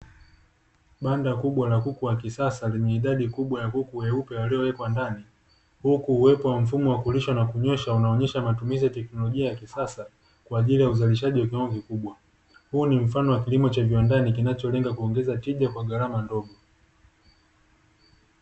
Banda kubwa la kuku wa kisasa lenye idadi kubwa ya kuku weupe waliowekwa ndani, huku uwepo wa mfumo wa kulisha na kunyweshwa inaonyesha matumizi ya teknolojia ya kisasa kwa ajili ya uzalishaji wa viwango vikubwa. Huu ni mfano wa kilimo cha viwandani kinacho lenga kuongeza tija kwa gharama ndogo.